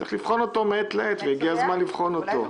צריך לבחון אותו מעת לעת הגיע הזמן לבחון אותו.